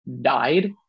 died